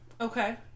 Okay